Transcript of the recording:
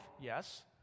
Yes